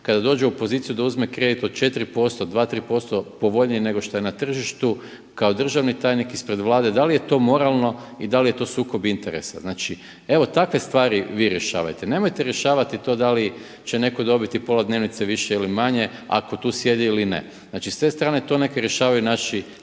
kada dođe u poziciju da uzme kredit od 4%, 2, 3% povoljniji nego što je na tržištu, kao državni tajnik, ispred Vlade, da li je to moralno i da li je to sukob interesa? Znači evo takve stvari vi rješavajte. Nemojte rješavati to da li će netko dobiti pola dnevnice više ili manje ako tu sjedi ili ne. Znači s te strane to neka rješavaju naši